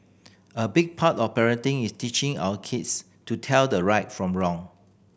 a big part of parenting is teaching our kids to tell the right from wrong